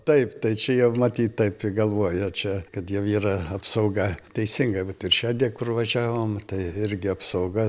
taip tai čia jau matyt taip galvoja čia kad jau yra apsauga teisingai vat ir šią dien kur važiavom tai irgi apsauga